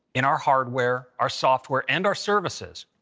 in our hardware, our software and our services.